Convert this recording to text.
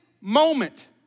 moment